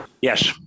Yes